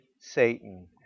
Satan